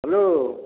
hello